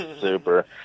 Super